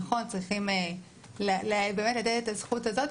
נכון, צריכים לתת את הזכות הזאת.